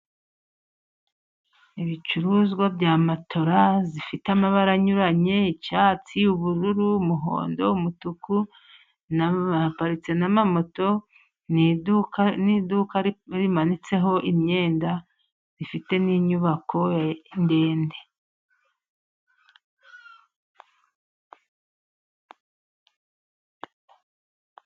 Ibicuruzwa bya matora zifite amabara anyuranye, icyatsi, ubururu, umuhondo, umutuku. Haparitse na moto, ni iduka rimanitseho imyenda ifite n'inyubako ndende.